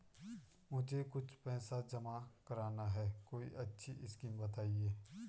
मुझे कुछ पैसा जमा करना है कोई अच्छी स्कीम बताइये?